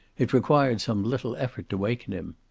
it required some little effort to waken him.